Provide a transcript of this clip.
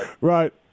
Right